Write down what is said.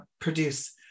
produce